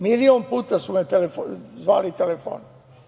Milion puta su me zvali telefonom.